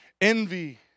Envy